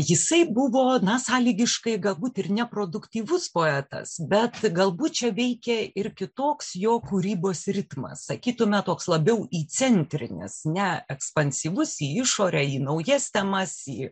jisai buvo na sąlygiškai galbūt ir neproduktyvus poetas bet galbūt čia veikė ir kitoks jo kūrybos ritmas sakytume toks labiau įcentrinis ne ekspansyvus į išorę į naujas temas į